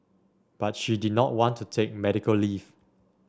but she did not want to take medical leave